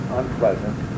unpleasant